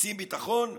רוצים ביטחון?